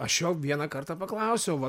aš jo vieną kartą paklausiau vat